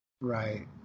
Right